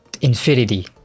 infinity